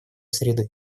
среды